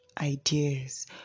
ideas